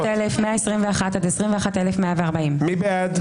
21,281 עד 21,300. מי בעד?